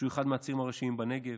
שהוא אחד מהצירים הראשיים בנגב.